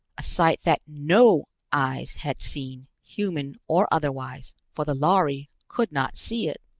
a sight that no eyes had seen, human or otherwise, for the lhari could not see it.